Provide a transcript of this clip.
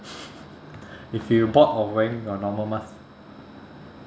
if you bored of wearing your normal mask